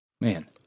man